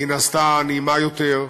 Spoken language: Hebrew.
היא נעשתה נעימה יותר,